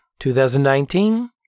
2019